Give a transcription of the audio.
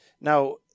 Now